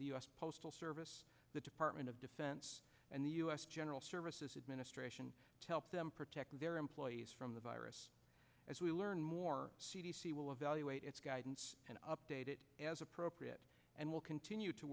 the u s postal service the department of defense and the u s general services administration to help them protect their employees from the virus as we learn more c d c will evaluate its guidance and update it as appropriate and we'll continue to